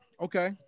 Okay